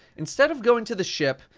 instead of going to the ship,